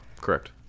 Correct